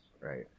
right